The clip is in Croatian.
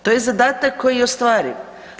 To je zadatak koji je ostvariv.